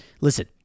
listen